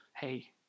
Hey